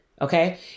Okay